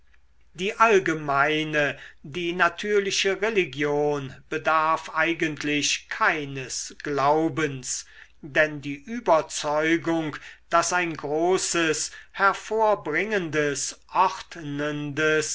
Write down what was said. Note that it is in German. die allgemeine die natürliche religion bedarf eigentlich keines glaubens denn die überzeugung daß ein großes hervorbringendes